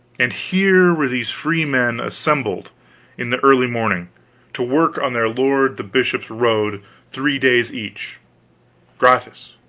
and here were these freemen assembled in the early morning to work on their lord the bishop's road three days each gratis